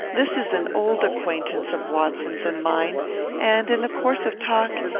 this is an old acquaintance of watson's and mine and, in the course of talk,